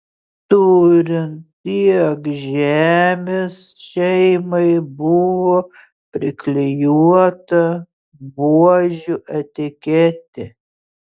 turint tiek žemės šeimai buvo priklijuota buožių etiketė